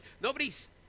Nobody's